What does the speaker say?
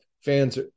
fans